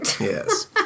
Yes